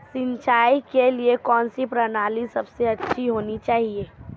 सिंचाई के लिए कौनसी प्रणाली सबसे अच्छी रहती है?